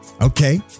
Okay